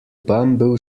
bamboo